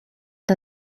der